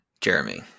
Jeremy